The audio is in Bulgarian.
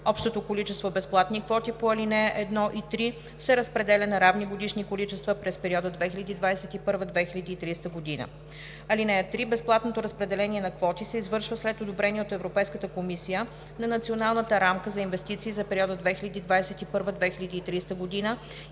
Общото количество безплатни квоти по ал. 1 и 3 се разпределя на равни годишни количества през периода 2021 – 2030 г. (3) Безплатното разпределение на квоти се извършва след одобрение от Европейската комисия на Националната рамка за инвестиции за периода 2021 – 2030 г. и